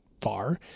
far